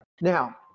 Now